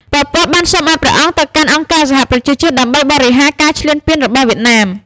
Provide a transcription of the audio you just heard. ប៉ុល ពត បានសុំឱ្យព្រះអង្គទៅកាន់អង្គការសហប្រជាជាតិដើម្បីបរិហារការឈ្លានពានរបស់វៀតណាម។